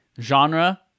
Genre